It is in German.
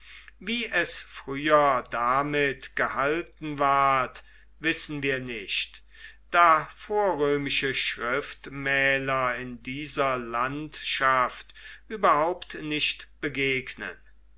wie es früher damit gehalten ward wissen wir nicht da vorrömische schriftmäler in dieser landschaft überhaupt nicht begegnen